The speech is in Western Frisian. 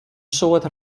soad